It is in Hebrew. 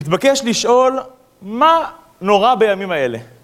מתבקש לשאול, מה נורא בימים האלה?